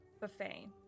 buffet